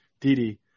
Didi